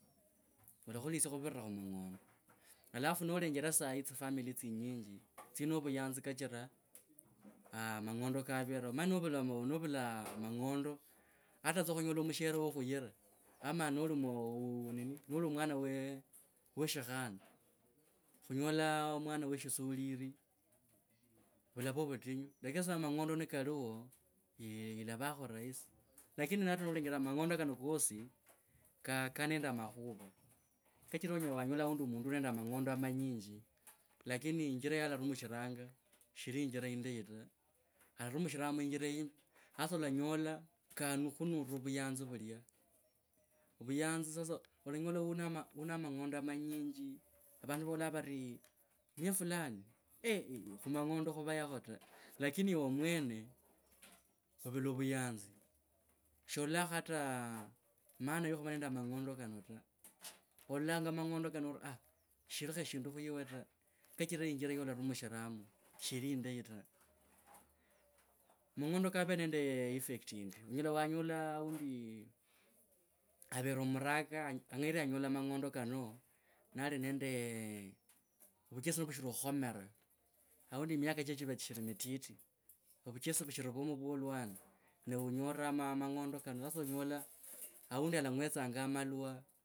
Valakhulisia khuvira khu mang’ondo. Alafu nalenjera sahi tsifamily tsinyinyi tsi no vuyanzi kachira aah mang’ondo kavere. Omanye novuu novula mang’ondo hata tsa khunyola mushere wo khuyira ama noli mu nini noli mwana we shikhana khunyola mwana we shisoliri vulava vutinyu. Lakini sasa mang’ondo ni kaliwa ni ilavakho rahisi, lakini sasa mang’ondo ni kaliwa ni ilavakho rahisi, lakini hata nalenjere mang’ondo kano aundi mundu u nende a mang’ondo manyinji lakini injira yalarumishiranga si ili injira indayi ta alarumishiranga injira imbi sasa olanyola kakhunire vuyanzi vulya. Ovuyanzi sasa olanyola kalhunire vuyanzi vulya. Ovuyanzi sasa olanyola u na, u na amang’ondo a manyinji vandu vavola vari kuya fulani khu mang’ondo khuvayakho ta lakini yiwe mwene. Ovula vuyanzi sholokho hata maana yakhuva nende amang’ondo kano ta ololanga mang’ondo kano orii aah sishirikho shindu khuiwe ta kachira injira yolarumushi ramo shiri yindayi ta mang’ondo kavere nende effect yindi. Onyela wanyola aundi, avere omuraka ang’aire wanyola mang’ondo kano nali nende vuchesi ni vushiri khukhomera aundi miaka chiche chiva chishiri mutiti ovuchosi vushirimo vwo omwana ne unyole a mang’ondo sasa olanyola aundi alang’wetsaa malwa.